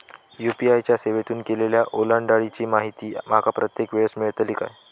UPI च्या सेवेतून केलेल्या ओलांडाळीची माहिती माका प्रत्येक वेळेस मेलतळी काय?